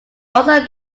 also